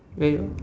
very